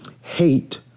hate